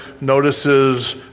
notices